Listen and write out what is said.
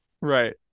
Right